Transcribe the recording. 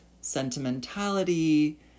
sentimentality